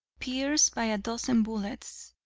pierced by a dozen bullets.